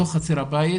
בחצר הבית